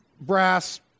brass